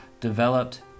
developed